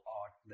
art